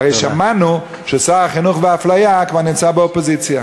הרי שמענו ששר החינוך והאפליה כבר נמצא באופוזיציה.